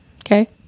okay